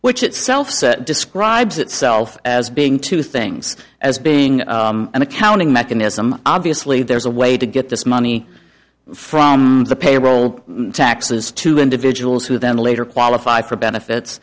which itself describes itself as being two things as being an accounting mechanism obviously there's a way to get this money from the payroll taxes to individuals who then later qualify for benefits